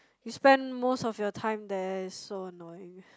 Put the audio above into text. you spend most of your time there is so annoying